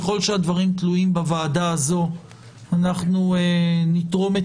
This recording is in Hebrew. ככל שהדברים תלויים בוועדה הזאת אנחנו נתרום את